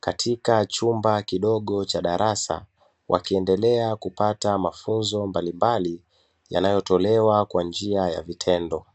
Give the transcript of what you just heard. katika chumba kidogo cha darasa, wakiendelea kupata mafunzo mbalimbali yanayotolewa kwa njia ya vitendo.